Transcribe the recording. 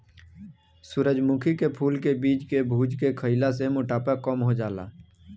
सूरजमुखी के फूल के बीज के भुज के खईला से मोटापा कम हो जाला